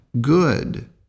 good